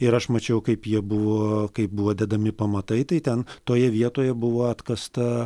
ir aš mačiau kaip jie buvo kaip buvo dedami pamatai tai ten toje vietoje buvo atkasta